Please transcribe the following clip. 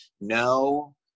No